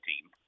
team